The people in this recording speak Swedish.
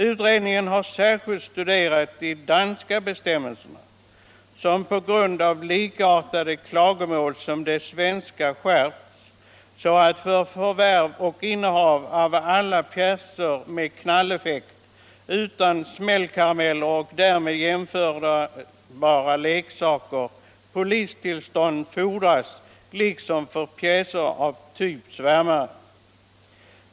Utredningen har särskilt studerat de danska bestämmelserna, som på grund av klagomål likartade de svenska har skärpts, så att för förvärv och innehav av alla pjäser med knalleffekt utom smällkarameller och därmed jämförbara leksaker polistillstånd fordras liksom för pjäser av typ svärmare.